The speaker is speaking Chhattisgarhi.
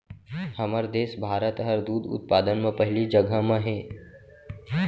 हमर देस भारत हर दूद उत्पादन म पहिली जघा म हे